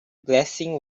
blessing